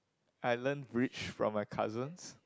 I learnt bridge from my cousins